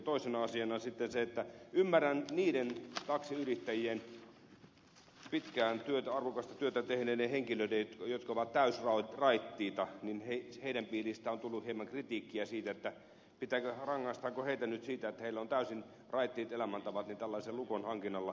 toisena asiana se että niiden pitkään arvokasta työtä tehneiden taksiyrittäjien jotka ovat täysraittiita piiristä on tullut hieman kritiikkiä siitä että rangaistaanko heitä nyt siitä että heillä on täysin raittiit elämäntavat tällaisen lukon hankinnalla